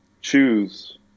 choose